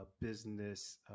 business